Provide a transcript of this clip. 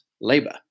labor